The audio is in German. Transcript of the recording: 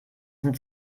sind